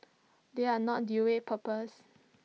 they are not dual purpose